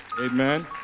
Amen